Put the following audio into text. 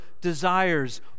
desires